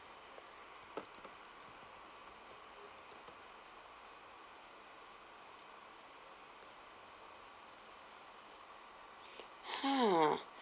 ha